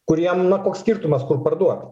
kuriem na koks skirtumas kur parduot